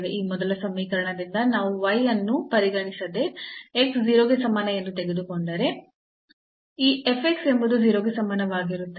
ಈ ಮೊದಲ ಸಮೀಕರಣದಿಂದ ನಾವು y ಅನ್ನು ಪರಿಗಣಿಸದೆ x 0 ಗೆ ಸಮಾನ ಎಂದು ತೆಗೆದುಕೊಂಡರೆ ಈ f x ಎಂಬುದು 0 ಗೆ ಸಮಾನವಾಗಿರುತ್ತದೆ